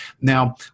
now